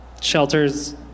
Shelters